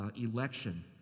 election